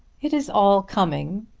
it is all coming,